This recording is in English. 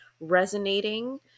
resonating